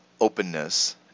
openness